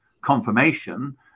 confirmation